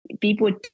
people